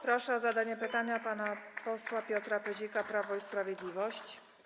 Proszę o zadanie pytania pana posła Piotra Pyzika, Prawo i Sprawiedliwość.